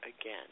again